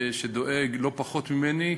שדואג לא פחות ממני,